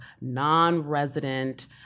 non-resident